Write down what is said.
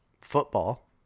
football